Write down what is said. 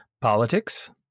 politics